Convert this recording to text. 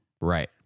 Right